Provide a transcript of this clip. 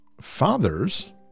fathers